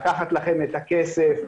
לקחת לכם את הכסף,